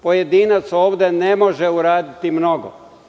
Pojedinac ovde ne može uraditi mnogo.